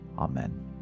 Amen